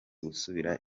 gusubira